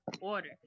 order